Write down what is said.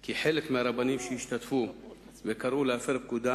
כי חלק מהרבנים שהשתתפו וקראו להפר פקודה